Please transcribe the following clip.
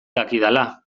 dakidala